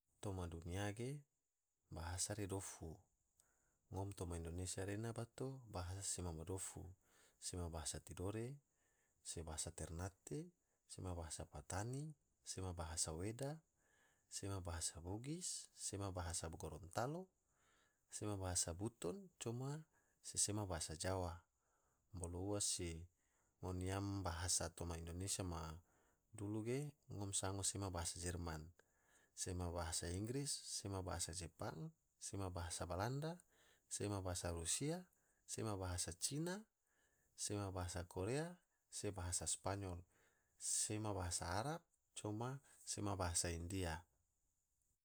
Toma dunya ge bahasa re dofu, ngom toma indonesia rena bato bahasa sema ma dofu, sema bahasa tidore, se bahasa ternate, sema bahasa patani, sema bahasa weda, sema bahasa bugis, sema bahasa gorontalo, sema bahasa buton, coma se sema bahasa jawa, bolo ua se ngone yam bahasa toma indonesia madulu ge ngom sango sema bahasa jerman, sema bahasa inggris, sema bahasa jepang, sema bahasa balanda, sema bahasa rusia, sema bahasa cina, sema bahasa korea, se bahasa spanyol, sema bahasa arab, coma sema bahasa india.